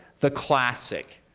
the classic